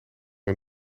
een